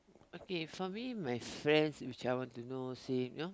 okay for me my friends which I want to know since you know